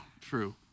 True